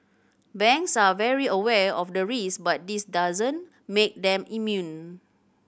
banks are very aware of the risk but this doesn't make them immune